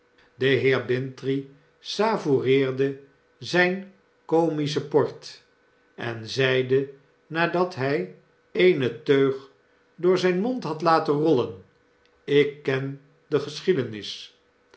de heer bintrey savoureerde zyn comischen port en zeide nadat hy eene teug door zijn mond had laten rollen jk ken degeschiedenis